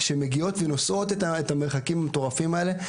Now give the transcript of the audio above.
שמגיעות ונוסעות את המרחקים המטורפים האלה.